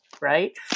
right